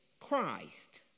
Christ